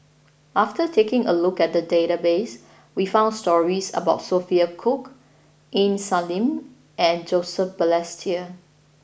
after taking a look at the database we found stories about Sophia Cooke Aini Salim and Joseph Balestier